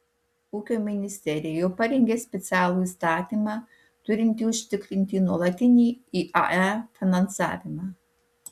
ūkio ministerija jau parengė specialų įstatymą turintį užtikrinti nuolatinį iae finansavimą